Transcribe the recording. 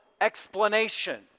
explanation